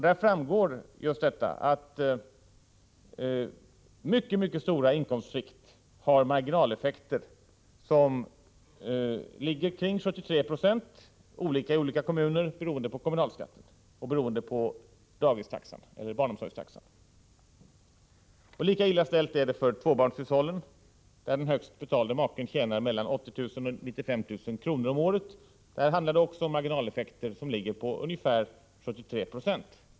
Det visar sig att mycket stora inkomstskikt utsätts för marginaleffekter som ligger omkring 73 96 — något olika i olika kommuner beroende på kommunalskatt och barnomsorgstaxa. Lika illa är det ställt för de tvåbarnshushåll där den högst betalde maken tjänar mellan 80 000 och 95 000 kr. om året. Där handlar det alltså också om marginaleffekter på ungefär 73 Je.